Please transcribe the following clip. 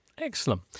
excellent